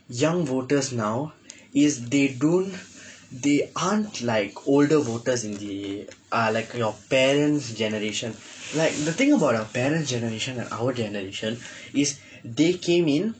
young voters now is they don't they aren't like older voters in the ah like your parents generation like the thing about our parents generation and our generation is they came in